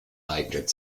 eignet